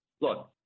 Look